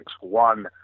one